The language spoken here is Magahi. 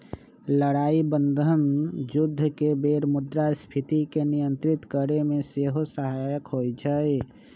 लड़ाइ बन्धन जुद्ध के बेर मुद्रास्फीति के नियंत्रित करेमे सेहो सहायक होइ छइ